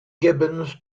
gibbons